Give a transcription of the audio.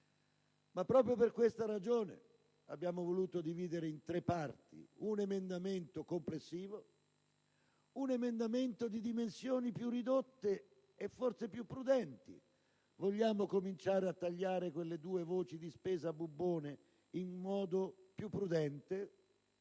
Proprio per questa ragione abbiamo voluto dividere in tre parti. Innanzitutto, un emendamento complessivo; poi, un emendamento di dimensioni più ridotte e forse più prudenti. Vogliamo cominciare a tagliare quelle due voci di spesa-bubbone in modo più prudente?